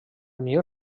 millor